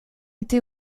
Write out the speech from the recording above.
été